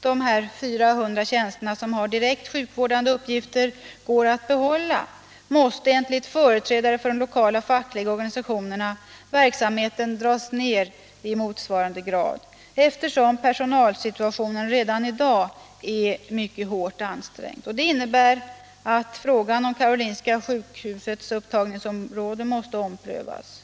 de 400 tjänsterna, som har direkt sjukvårdande uppgifter, går att behålla, måste enligt företrädare för de lokala fackliga organisationerna verksamheten dras ned i motsvarande grad, eftersom personalsituationen redan i dag är hårt ansträngd. Det innebär att frågan om Karolinska sjukhusets upptagningsområde måste omprövas.